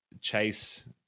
chase